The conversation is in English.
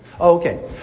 Okay